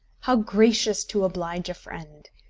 how gracious to oblige a friend!